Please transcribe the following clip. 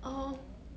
hor